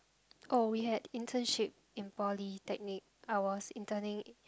oh we had internship in polytechnic I was interning